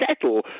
settle